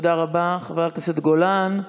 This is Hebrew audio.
תודה רבה, חבר הכנסת גולן.